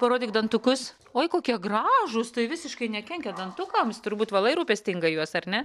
parodyk dantukus oi kokie gražūs tai visiškai nekenkia dantukams turbūt valai rūpestingai juos ar ne